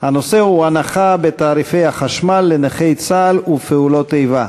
הנושא הוא: הנחה בתעריפי החשמל לנכי צה"ל ופעולות איבה.